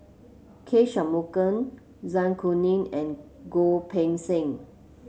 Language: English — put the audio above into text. K Shanmugam Zai Kuning and Goh Poh Seng